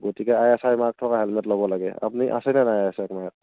গতিকে ISI mark থকা helmet ল'ব লাগে আপুনি আছেনে নাই আইএচআই মাৰ্ক